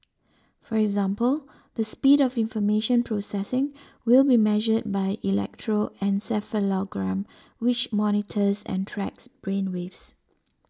for example the speed of information processing will be measured by electroencephalogram which monitors and tracks brain waves